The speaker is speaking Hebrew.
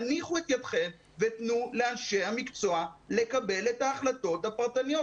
הניחו את ידכם ותנו לאנשי המקצוע לקבל את ההחלטות הפרטניות.